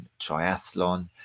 Triathlon